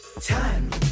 Time